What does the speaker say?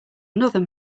another